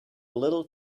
little